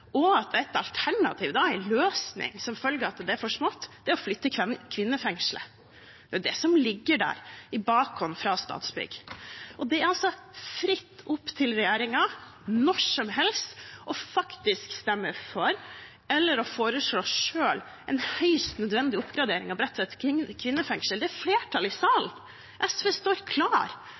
og at en alternativ løsning som følge av at det er for smått, er å flytte kvinnefengselet. Det er det som ligger der i bakhånd fra Statsbygg. Det er altså fritt opp til regjeringen når som helst faktisk å stemme for eller selv foreslå en høyst nødvendig oppgradering av Bredtvet kvinnefengsel. Det er flertall i salen, SV står klar.